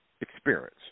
experience